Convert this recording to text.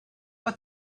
but